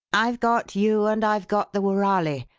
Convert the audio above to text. i've got you and i've got the woorali.